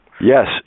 Yes